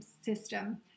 system